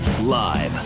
live